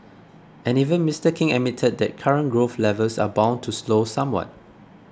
and even Mister King admitted that current growth levels are bound to slow somewhat